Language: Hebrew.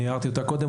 אני הערתי אותה קודם.